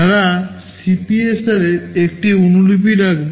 তারা সিপিএসআরের একটি অনুলিপি রাখবে